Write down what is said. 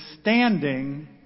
standing